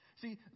See